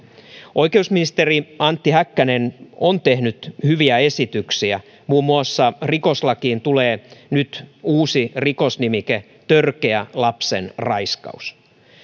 oikeusministeri antti häkkänen on tehnyt hyviä esityksiä muun muassa rikoslakiin tulee nyt uusi rikosnimike törkeä lapsen raiskaus